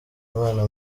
imana